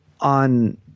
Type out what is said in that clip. On